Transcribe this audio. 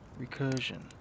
Recursion